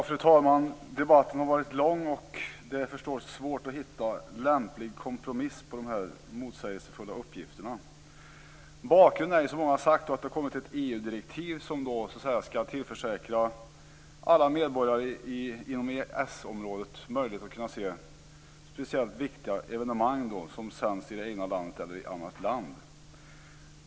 Fru talman! Debatten har varit lång, och det är svårt att hitta en lämplig kompromiss på grundval av dessa motsägelsefulla uppgifter. Som många här har sagt är bakgrunden att det har kommit ett EU-direktiv som skall tillförsäkra alla medborgare inom EES-området möjlighet att se speciellt viktiga evenemang som sänds i det egna landet eller i ett annat land.